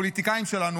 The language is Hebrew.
הפוליטיקאים שלנו"